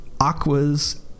Aqua's